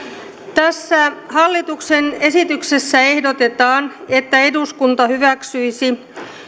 tässä hallituksen esityksessä ehdotetaan että eduskunta hyväksyisi